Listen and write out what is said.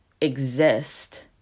exist